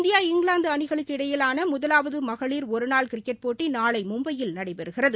India England அணிகளுக்கு இடையிலான முதலாவது மகளிர் ஒரு நாள் கிரிக்கெட் போட்டி நாளை மும்பையில் நடைபெறுகிறது